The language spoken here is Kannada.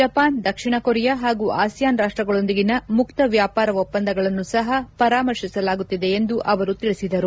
ಜಪಾನ್ ದಕ್ಷಿಣ ಕೊರಿಯಾ ಹಾಗೂ ಆಸಿಯಾನ್ ರಾಷ್ಟಗಳೊಂದಿಗಿನ ಮುಕ್ತ ವ್ಯಾಪಾರ ಒಪ್ಪಂದಗಳನ್ನು ಸಹ ಪರಾಮರ್ತಿಸಲಾಗುತ್ತಿದೆ ಎಂದು ಅವರು ತಿಳಿಸಿದರು